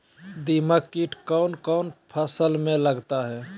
दीमक किट कौन कौन फसल में लगता है?